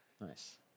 nice